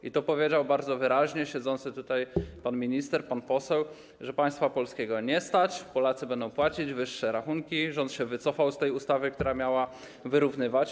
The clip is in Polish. I to powiedział bardzo wyraźnie siedzący tutaj pan minister, pan poseł, że państwa polskiego nie stać, Polacy będą płacić wyższe rachunki, rząd wycofał się z ustawy, która miała wyrównywać.